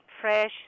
fresh